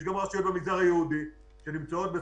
יש גם רשויות במגזר היהודי שנמצאות במעמד